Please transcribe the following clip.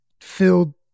filled